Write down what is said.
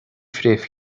fréamh